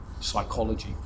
psychology